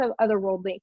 otherworldly